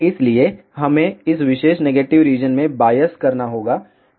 इसलिए हमें इस विशेष नेगेटिव रीजन में बायस करना होगा